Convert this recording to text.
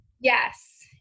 Yes